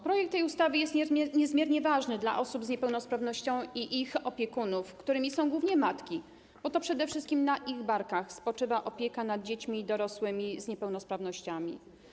Projekt tej ustawy jest niezmiernie ważny dla osób z niepełnosprawnościami i ich opiekunów, którymi są głównie matki, bo to przede wszystkim na ich barkach spoczywa opieka nad dziećmi dorosłymi z niepełnosprawnościami.